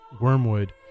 wormwood